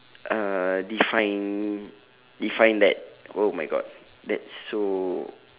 uh define define that oh my god that's so